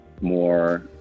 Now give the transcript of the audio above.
more